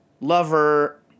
lover